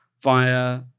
via